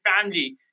family